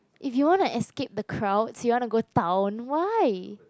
if you wanna escape the crowds you wanna go town why